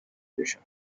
بشم